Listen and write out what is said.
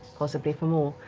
possibly for more.